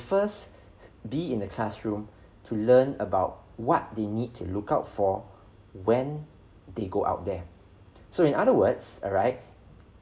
first be in the classroom to learn about what they need to look out for when they go out there so in other words alright